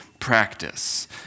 practice